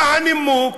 מה הנימוק?